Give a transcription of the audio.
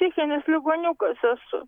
psichinis ligoniukas esu